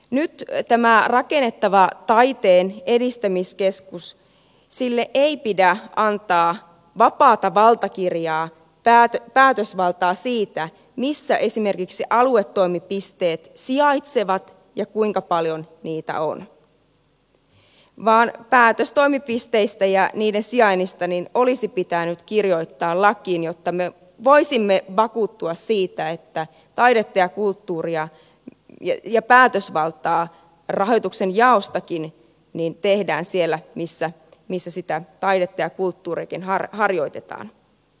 nyt tälle rakennettavalle taiteen edistämiskeskukselle ei pidä antaa vapaata valtakirjaa päätösvaltaa siitä missä esimerkiksi aluetoimipisteet sijaitsevat ja kuinka paljon niitä on vaan päätös toimipisteistä ja niiden sijainnista olisi pitänyt kirjoittaa lakiin jotta me voisimme vakuuttua siitä että taidetta ja kulttuuria ja päätösvaltaa rahoituksen jaostakin tehdään siellä missä sitä taidetta ja kulttuuriakin harjoitetaan